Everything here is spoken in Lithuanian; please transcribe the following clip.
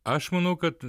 aš manau kad